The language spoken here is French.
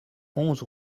onze